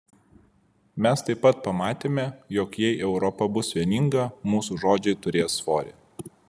mes taip pat pamatėme jog jei europa bus vieninga mūsų žodžiai turės svorį